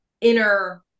inner